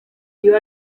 dio